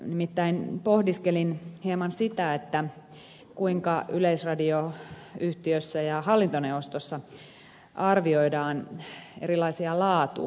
nimittäin pohdiskelin hieman sitä kuinka yleisradioyhtiössä ja hallintoneuvostossa arvioidaan erilaisia laatuasioita